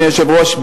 אדוני היושב-ראש,